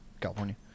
California